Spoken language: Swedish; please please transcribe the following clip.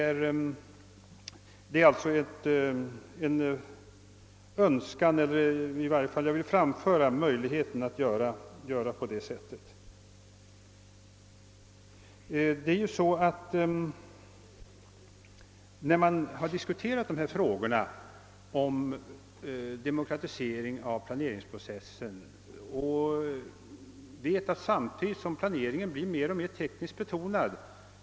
Jag vill alltså peka på möjligheten att göra på det sättet. Efter att ha diskuterat frågorna om demokratisering av planeringsprocessen vet man att planeringen ständigt blir mer tekniskt betonad.